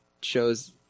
shows